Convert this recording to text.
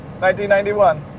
1991